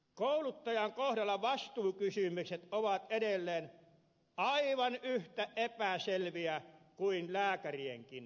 kouluttajan kohdalla vastuukysymykset ovat edelleen aivan yhtä epäselviä kuin lääkärienkin kohdalla